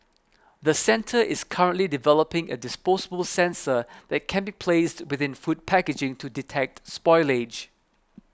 the centre is currently developing a disposable sensor that can be placed within food packaging to detect spoilage